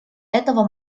этого